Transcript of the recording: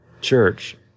church